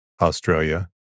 Australia